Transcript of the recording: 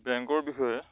বেংকৰ বিষয়ে